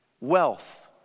Wealth